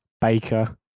Baker